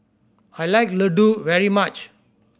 I like Ladoo very much